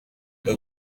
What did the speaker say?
the